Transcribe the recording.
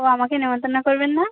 ও আমাকে নেমন্তন্ন করবেন না